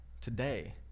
today